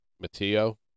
Matteo